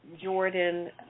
Jordan